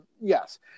Yes